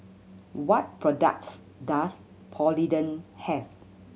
what products does Polident have